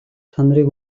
чанарыг